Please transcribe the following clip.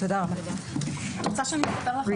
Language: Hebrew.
הישיבה ננעלה בשעה 13:20.